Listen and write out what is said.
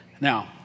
Now